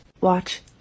Watch